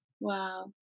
Wow